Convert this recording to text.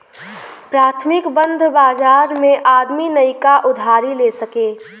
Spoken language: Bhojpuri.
प्राथमिक बंध बाजार मे आदमी नइका उधारी ले सके